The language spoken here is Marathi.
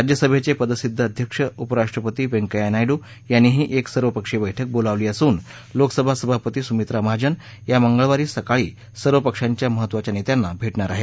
राज्यसभेचे पदसिद्ध अध्यक्ष उपराष्ट्रपती व्यंकय्या नायडू यांनीही एक सर्वपक्षीय बैठक बोलावली असून लोकसभा सभापती सुमित्रा महाजन या मंगळवारी सकाळी सर्व पक्षांच्या महत्त्वाच्या नेत्यांना भेटणार आहेत